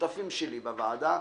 לשותפים שלי בוועדה,